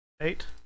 eight